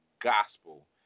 gospel